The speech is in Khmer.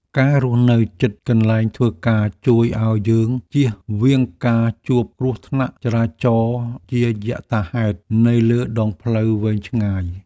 ការរស់នៅជិតកន្លែងធ្វើការជួយឱ្យយើងជៀសវាងការជួបគ្រោះថ្នាក់ចរាចរណ៍ជាយថាហេតុនៅលើដងផ្លូវវែងឆ្ងាយ។